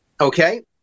okay